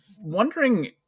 wondering